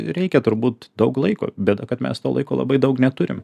reikia turbūt daug laiko bėda kad mes to laiko labai daug neturim